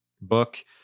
book